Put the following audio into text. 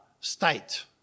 state